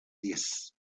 díez